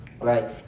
right